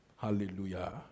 Hallelujah